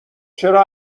چرا